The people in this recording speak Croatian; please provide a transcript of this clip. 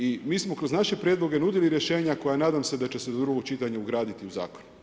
I mi smo kroz naše prijedloge nudili rješenja, koja nadam se da će se do drugog čitanja ugraditi u zakon.